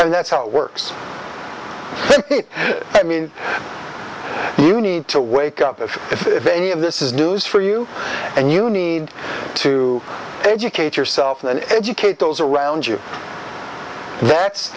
and that's how it works i mean you need to wake up if any of this is news for you and you need to educate yourself and educate those around you that's